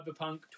Cyberpunk